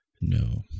No